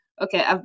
Okay